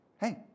Hey